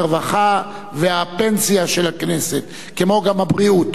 הרווחה והפנסיה של הכנסת, כמו גם הבריאות.